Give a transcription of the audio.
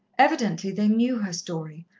evidently they knew her story,